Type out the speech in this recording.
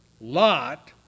Lot